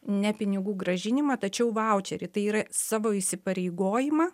ne pinigų grąžinimą tačiau vaučerį tai yra savo įsipareigojimą